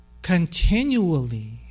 continually